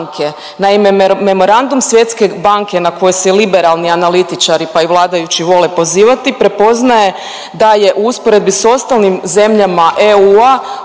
Naime, memorandum Svjetske banke na koji se liberalni analitičari, pa i vladajući vole pozivati, prepoznaje da je u usporedbi s ostalim zemljama EU-a,